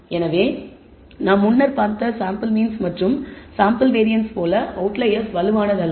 எனவே நாம் முன்னர் பார்த்த சாம்பிள் மீன்ஸ் மற்றும் சாம்பிள் வேரியன்ஸ் போல அவுட்லையெர்ஸ் வலுவானதல்ல